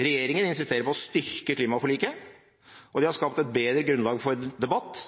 Regjeringen insisterer på å styrke klimaforliket, og det er skapt et bedre grunnlag for debatt